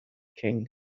king